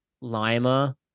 lima